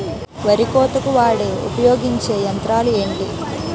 వరి కోతకు వాడే ఉపయోగించే యంత్రాలు ఏంటి?